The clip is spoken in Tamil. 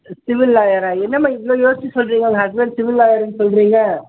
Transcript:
சிவில் லாயரா என்னமா இவ்வளோ யோஸ்ச்சு சொல்லுறீங்க உங்கள் ஹஸ்பண்ட் சிவில் லாயருன்னு சொல்லுறீங்க